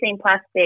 plastic